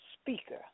speaker